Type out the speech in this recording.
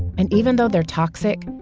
and even though they're toxic,